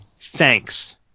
thanks